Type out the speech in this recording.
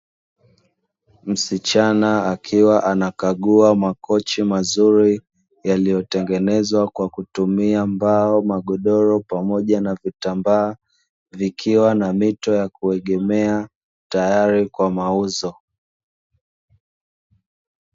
Msichana akiwa anakagua makochi mazuri, yaliyotengenezwa kwa kutumia mbao, magodoro, pamoja na vitambaa. Vikiwa na mito ya kuegemea tayari kwa mauzo.